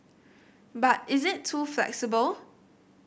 but is it too flexible